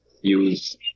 use